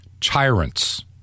tyrants